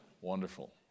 Wonderful